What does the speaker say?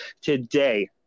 today